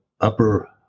upper